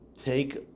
take